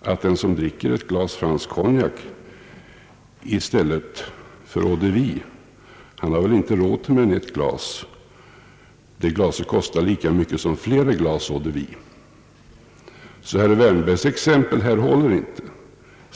att den som dricker ett glas fransk konjak i stället för eau de vie väl inte har råd till mer än ett glas, ty det glaset kostar lika mycket som flera glas eau de vie. Herr Wärnbergs exempel håller alltså inte.